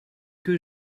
que